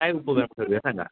काय उपक्रम करूया सांगा